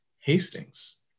Hastings